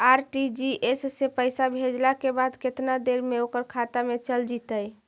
RTGS से पैसा भेजला के बाद केतना देर मे ओकर खाता मे चल जितै?